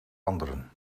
anderen